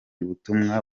butumwa